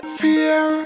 fear